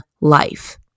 life